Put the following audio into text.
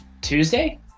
Tuesday